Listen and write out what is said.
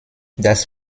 das